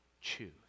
choose